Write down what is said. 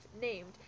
named